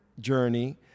journey